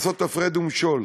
לעשות הפרד ומשול.